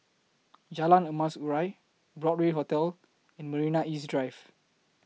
Jalan Emas Urai Broadway Hotel and Marina East Drive